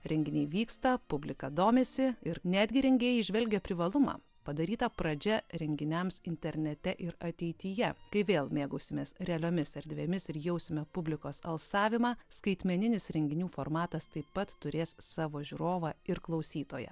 renginiai vyksta publika domisi ir netgi rengėjai įžvelgia privalumą padaryta pradžia renginiams internete ir ateityje kai vėl mėgausimės realiomis erdvėmis ir jausime publikos alsavimą skaitmeninis renginių formatas taip pat turės savo žiūrovą ir klausytoją